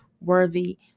worthy